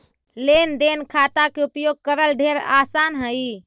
लेन देन खाता के उपयोग करल ढेर आसान हई